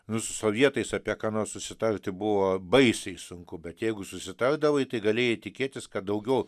nu su sovietais apie ką nors susitarti buvo baisiai sunku bet jeigu susitardavai tai galėjai tikėtis kad daugiau